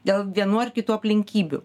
dėl vienų ar kitų aplinkybių